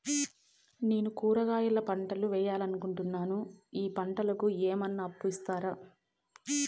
నేను కూరగాయల పంటలు వేయాలనుకుంటున్నాను, ఈ పంటలకు ఏమన్నా అప్పు ఇస్తారా?